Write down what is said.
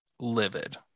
livid